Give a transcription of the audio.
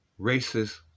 racist